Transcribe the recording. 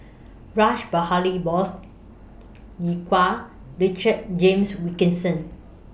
Rash Behari Bose Iqbal Richard James Wilkinson